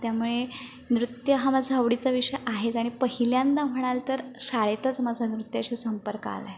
त्यामुळे नृत्य हा माझा आवडीचा विषय आहेच आणि पहिल्यांदा म्हणाल तर शाळेतच माझा नृत्याशी संपर्क आला आहे